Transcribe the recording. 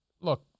look